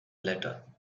letter